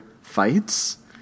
fights